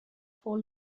for